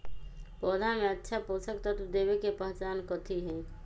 पौधा में अच्छा पोषक तत्व देवे के पहचान कथी हई?